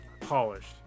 polished